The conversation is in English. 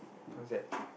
what that